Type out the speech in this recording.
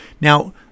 Now